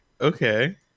Okay